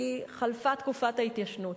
כי חלפה תקופת ההתיישנות.